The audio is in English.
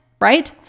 right